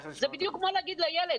זה בדיוק כמו להגיד לילד,